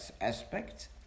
aspects